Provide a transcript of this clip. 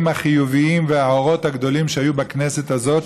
החיוביים והאורות הגדולים שהיו בכנסת הזאת,